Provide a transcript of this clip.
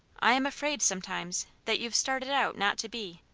i'm afraid, sometimes, that you've started out not to be,